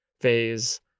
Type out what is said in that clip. phase